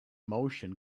motion